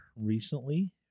recently